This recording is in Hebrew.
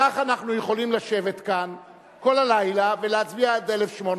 כך אנחנו יכולים לשבת כאן כל הלילה ולהצביע עד 1,850,